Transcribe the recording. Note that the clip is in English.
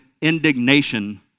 indignation